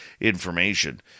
information